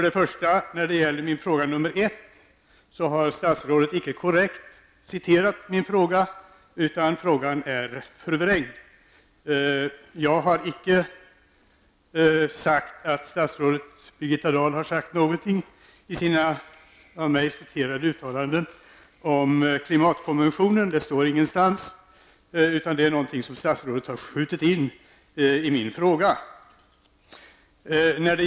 För det första har statsrådet inte korrekt citerat min fråga nr 1, utan frågan är förvrängd. Jag har icke påstått att statsrådet Birgitta Dahl i sina av mig citerade uttalanden har sagt någonting om klimatkonventionen. Det står ingenstans, utan det är någonting som industriministern har skjutit in i min fråga.